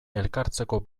elkartzeko